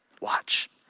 watch